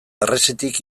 harresitik